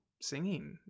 singing